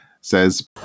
says